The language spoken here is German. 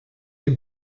dem